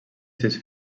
sis